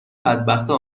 بدبختا